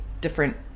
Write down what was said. different